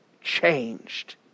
changed